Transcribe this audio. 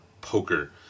poker